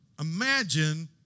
Imagine